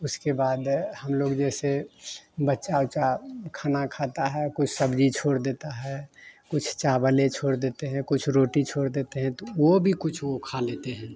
उसके बाद हम लोग जैसे बच्चा ओच्चा खाना खाता है कोई सब्जी छोड़ देता है कुछ चावले छोड़ देते हैं कुछ रोटी छोड़ देते हैं तो वो भी कुछ वो खा लेते हैं